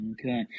Okay